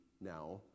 now